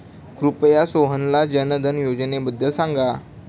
कृपया सोहनला जनधन योजनेबद्दल सांगा